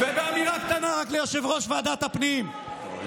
ובאמירה קטנה ליושב-ראש ועדת הפנים,